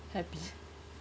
happy